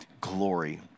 glory